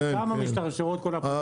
משם משתרשרות כל --- כן,